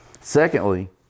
Secondly